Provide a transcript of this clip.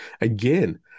again